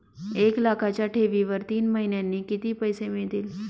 एक लाखाच्या ठेवीवर तीन महिन्यांनी किती पैसे मिळतील?